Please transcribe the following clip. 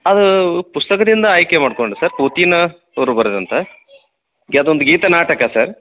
ಅದು ಪುಸ್ತಕದಿಂದ ಆಯ್ಕೆ ಮಾಡ್ಕೊಂಡ ಸರ್ ಪೂತಿನ ಅವರು ಬರೆದಂಥ ಗೆದೊಂದ್ ಗೀತನಾಟಕ ಸರ್